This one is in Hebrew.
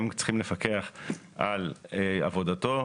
הם צריכים לפקח על עבודתו.